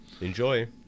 Enjoy